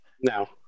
No